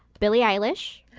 billie eilish.